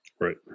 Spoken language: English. Right